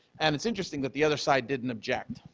and it's interesting that the other side didn't object.